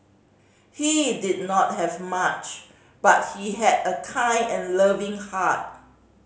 he did not have much but he had a kind and loving heart